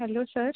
hello sir